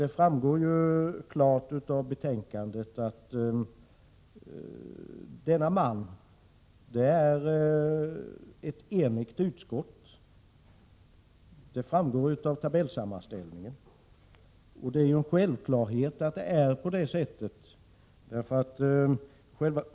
Det framgår klart av betänkandet att ”man” är ett enigt utskott. Inte minst framgår det av tabellsammanställningen. Självfallet är det på det sättet.